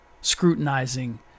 scrutinizing